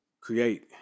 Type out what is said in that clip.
create